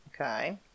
Okay